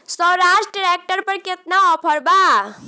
Swaraj tractor पर केतना offer बा?